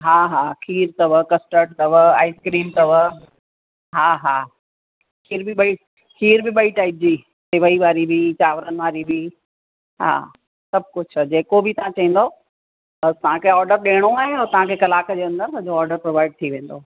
हा हा खीर अथव कस्टर्ड अथव आइस्क्रीम अथव हा हा खीर बि बई खीर बि बई टाइप जी सेवईं वारी बि चांवरनि वारी बि हा सभु कुझु आहे जेको बि तव्हां चईंदव बसि तव्हांखे ऑडर ॾियणो आहे तव्हांखे कलाक जे अंदरि सॼो ऑडर प्रोवाइड थी वेंदो